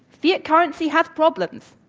fiat currency has problems,